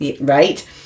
Right